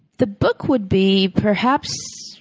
the book would be, perhaps,